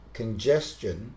congestion